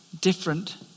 Different